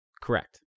Correct